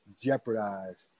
jeopardized